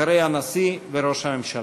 אחרי הנשיא וראש הממשלה.